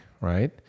right